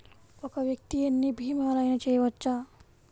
ఒక్క వ్యక్తి ఎన్ని భీమలయినా చేయవచ్చా?